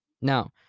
Now